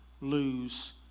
lose